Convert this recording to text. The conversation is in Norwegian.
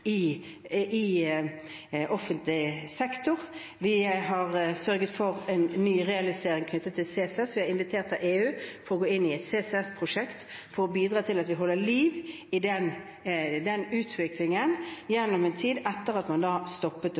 i offentlig sektor. Vi har sørget for en nyrealisering knyttet til CCS – vi er invitert av EU til å gå inn i et CCS-prosjekt for å bidra til at vi holder liv i den utviklingen gjennom en tid etter at man stoppet det